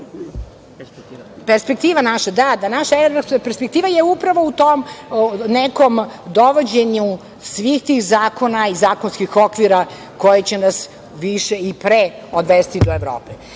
utemeljiti. Mislim da je ta naša evropska perspektiva upravo u tom nekom dovođenju svih tih zakona i zakonskih okvira koji će nas više i pre odvesti do Evrope.